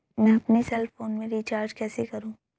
मैं अपने cell phone में रिचार्ज कैसे करूँ?